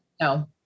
No